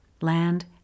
land